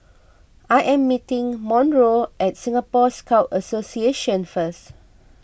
I am meeting Monroe at Singapore Scout Association first